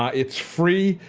um it's free.